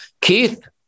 Keith